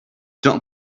don’t